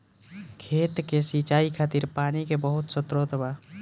खेत के सिंचाई खातिर पानी के बहुत स्त्रोत बा